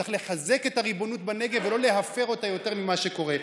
צריך לחזק את הריבונות בנגב ולא להפר אותה יותר ממה שקורה.